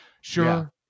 sure